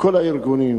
כל הארגונים